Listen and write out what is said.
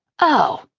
oh!